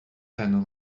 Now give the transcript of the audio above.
terno